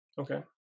okay